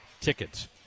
tickets